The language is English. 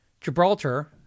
Gibraltar